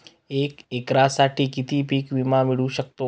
एका एकरसाठी किती पीक विमा मिळू शकतो?